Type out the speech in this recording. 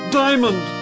diamond